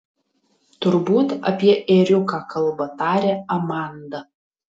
turbūt apie ėriuką kalba tarė amanda